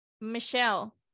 Michelle